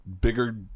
bigger